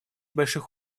больших